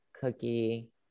cookie